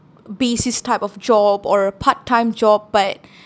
basis type of job or part time job but